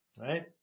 right